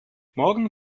morgen